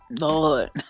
Lord